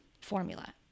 formula